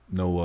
no